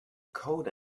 coat